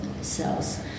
cells